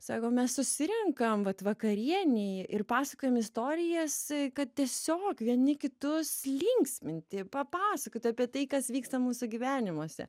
sako mes susirenkam vat vakarienei ir pasakojam istorijas kad tiesiog vieni kitus linksminti papasakot apie tai kas vyksta mūsų gyvenimuose